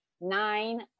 nine